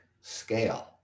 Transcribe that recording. scale